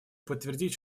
подтвердить